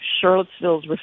Charlottesville's